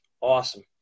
Awesome